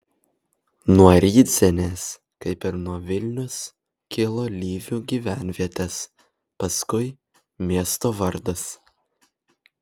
nuo rydzenės kaip ir nuo vilnios kilo lyvių gyvenvietės paskui miesto vardas